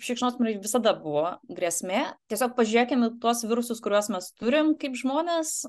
šikšnosparniai visada buvo grėsmė tiesiog pažiūrėkim į tuos virusus kuriuos mes turim kaip žmonės